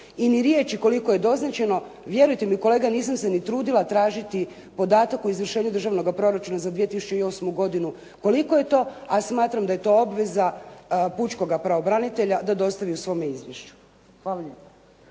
i ni riječi koliko je doznačeno, vjerujte mi kolega, nisam se ni trudila tražiti podatak o izvršenju državnoga proračuna za 2008. godinu koliko je to, a smatram da je to obveza pučkoga pravobranitelja da dostavi u svome izvješću. Hvala lijepa.